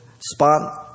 spot